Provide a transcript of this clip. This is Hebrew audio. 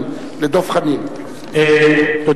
אני שאלתי,